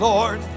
Lord